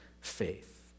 faith